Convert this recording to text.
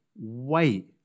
wait